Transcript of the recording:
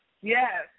Yes